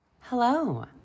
Hello